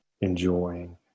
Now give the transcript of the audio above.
enjoying